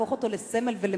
או יהפוך אותו לסמל ולמודל,